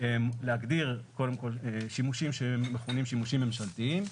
להגדיר שימושים שמכונים שימושים ממשלתיים,